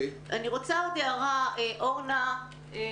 אני רוצה עוד הערה לאורנה פז.